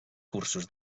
cursos